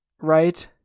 right